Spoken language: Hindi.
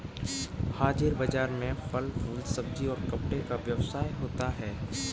हाजिर बाजार में फल फूल सब्जी और कपड़े का व्यवसाय होता है